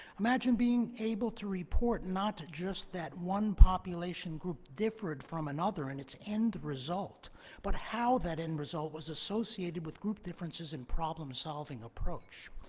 imagine being able to report not just that one population group differed from another in its end result but how that end result was associated with group differences in problem-solving approach.